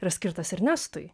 yra skirtas ernestui